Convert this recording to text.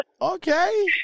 okay